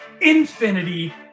Infinity